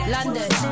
London